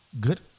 good